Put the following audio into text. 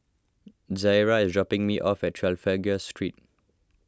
Zaria is dropping me off at Trafalgar Street